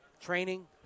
Training